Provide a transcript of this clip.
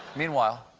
meanwhile,